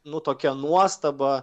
nu tokia nuostaba